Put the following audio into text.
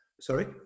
Sorry